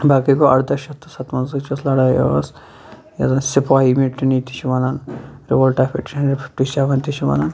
باقی گو اَردَہہ شَتھ تہٕ سَتوَنزٕہٕچ یۄس لَڑٲے ٲس یَتھ زَن سِپوے میٚوٹِنِی تہِ چھِ وَنان revolt of eighteen hundred fifty seven تہِ چھِ وَنان